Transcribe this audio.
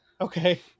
Okay